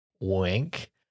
wink